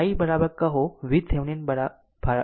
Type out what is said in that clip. આમ i કહો VThevenin RThevenin RL